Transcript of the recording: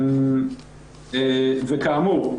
כאמור,